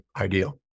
ideal